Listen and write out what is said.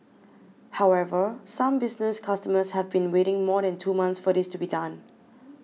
however some business customers have been waiting more than two months for this to be done